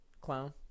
Clown